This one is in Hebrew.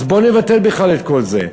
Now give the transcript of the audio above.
אז בואו נבטל בכלל את כל זה,